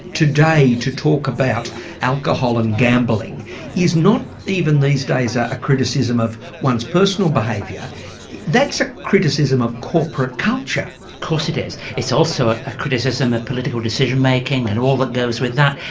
today to talk about alcohol and gambling is not even these days a a criticism of one's personal behaviour that's a criticism of corporate culture. of course it is. it's also ah a criticism of political decision-making and all that goes with that.